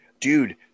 dude